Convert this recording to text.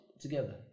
together